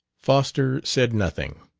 foster said nothing.